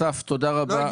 אסף, תודה רבה.